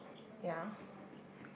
ya